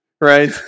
right